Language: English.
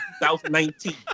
2019